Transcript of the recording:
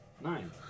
Nine